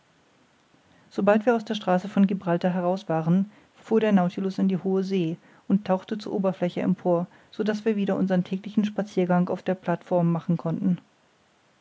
sobald wir aus der straße von gibraltar heraus waren fuhr der nautilus in die hohe see und tauchte zur oberfläche empor so daß wir wieder unsern täglichen spaziergang auf der plateform machen konnten